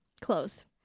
Close